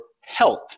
health